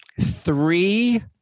Three